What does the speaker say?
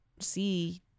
see